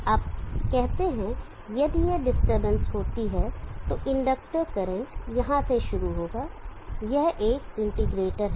अब कहते हैं यदि यह डिस्टरबेंस होती है तो इंडक्टर करंट यहां से शुरू होगा यह एक इंटीग्रेटर है